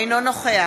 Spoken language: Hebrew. אינו נוכח